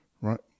right